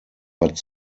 but